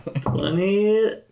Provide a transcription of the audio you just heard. Twenty